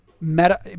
meta